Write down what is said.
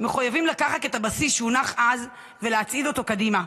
מחויבים לקחת את הבסיס שהונח אז ולהצעיד אותו קדימה.